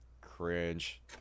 Cringe